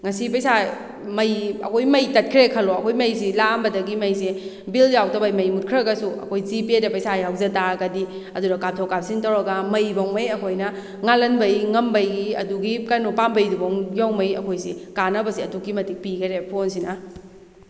ꯉꯁꯤ ꯄꯩꯁꯥ ꯃꯩ ꯑꯩꯈꯣꯏ ꯃꯩ ꯇꯠꯈ꯭ꯔꯦ ꯈꯜꯂꯣ ꯑꯩꯈꯣꯏ ꯃꯩꯁꯤ ꯂꯥꯛꯑꯝꯕꯗꯒꯤ ꯃꯩꯁꯦ ꯕꯤꯜ ꯌꯥꯎꯗꯕꯩ ꯃꯩꯁꯦ ꯃꯨꯠꯈ꯭ꯔꯒꯁꯨ ꯑꯩꯈꯣꯏ ꯖꯤ ꯄꯦꯗ ꯄꯩꯁꯥ ꯌꯥꯎꯖ ꯇꯥꯔꯒꯗꯤ ꯑꯗꯨꯗ ꯀꯥꯞꯊꯣꯛ ꯀꯥꯞꯁꯤꯟ ꯇꯧꯔꯒ ꯃꯩꯐꯧꯉꯩ ꯑꯩꯈꯣꯏꯅ ꯉꯥꯟꯍꯟꯕꯩ ꯉꯝꯕꯒꯤ ꯑꯗꯨꯒꯤ ꯀꯩꯅꯣ ꯄꯥꯝꯕꯩꯗꯨꯐꯥꯎ ꯌꯧꯉꯩ ꯑꯩꯈꯣꯏꯁꯤ ꯀꯥꯟꯅꯕꯁꯤ ꯑꯗꯨꯛꯀꯤ ꯃꯇꯤꯛ ꯄꯤꯈꯔꯦ ꯐꯣꯟꯁꯤꯅ